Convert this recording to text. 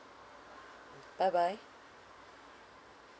bye bye